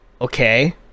Okay